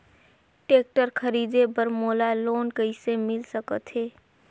Tractor खरीदे बर मोला लोन कइसे मिल सकथे?